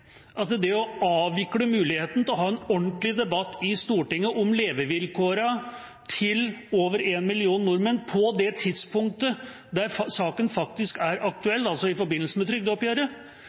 at det å avvikle muligheten til å ha en ordentlig debatt i Stortinget om levevilkårene til over 1 million nordmenn på det tidspunktet da saken faktisk er aktuell, altså i forbindelse med trygdeoppgjøret,